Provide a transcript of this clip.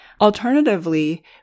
Alternatively